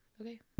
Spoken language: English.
okay